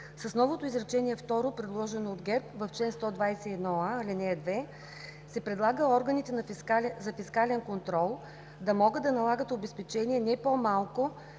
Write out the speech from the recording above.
С новото изречение второ, предложено от ГЕРБ, в чл. 121а, ал. 2, се предлага органите за фискален контрол да могат да налагат обезпечение не по-малко